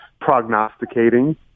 prognosticating